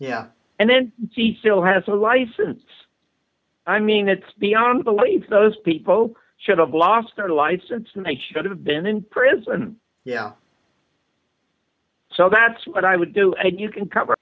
yeah and then she still has a life i mean it's beyond belief those people should have lost their license and they should have been in prison you know so that's what i would do and you can cover